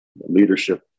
Leadership